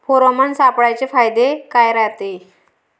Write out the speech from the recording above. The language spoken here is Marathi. फेरोमोन सापळ्याचे फायदे काय रायते?